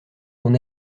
ton